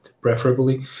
preferably